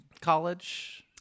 college